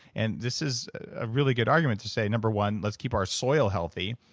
and this is a really good argument to say, number one, let's keep our soil healthy.